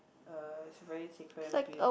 uh it's a very sacred and